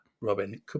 Robin